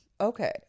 Okay